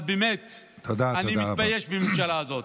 אבל באמת אני מתבייש בממשלה הזאת.